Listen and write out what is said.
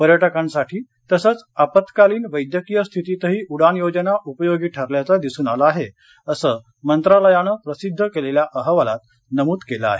पर्यटकांसाठी तसंच आपत्कालीन वैद्यकीय स्थितीतही उडान योजना उपयोगी ठरल्याचं दिसून आलं आहे असं मंत्रालयानं प्रसिद्ध केलेल्या अहवालात नमूद केलं आहे